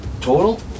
Total